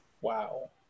Wow